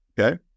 okay